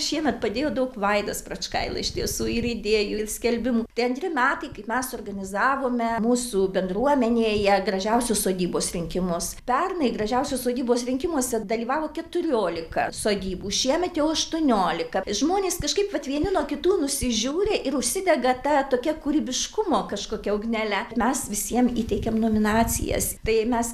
šiemet padėjo daug vaidas pračkaila iš tiesų ir idėjų ir skelbimų tai antri metai kaip mes suorganizavome mūsų bendruomenėje gražiausios sodybos rinkimus pernai gražiausios sodybos rinkimuose dalyvavo keturiolika sodybų šiemet jau aštuoniolika žmonės kažkaip vat vieni nuo kitų nusižiūri ir užsidega ta tokia kūrybiškumo kažkokia ugnele mes visiem įteikėm nominacijas tai mes